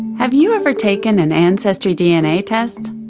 have you ever taken an ancestry dna test,